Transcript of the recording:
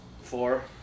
Four